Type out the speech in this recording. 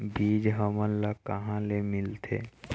बीज हमन ला कहां ले मिलथे?